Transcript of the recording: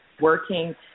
working